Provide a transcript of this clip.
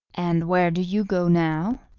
and where do you go now?